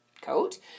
coat